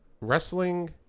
wrestling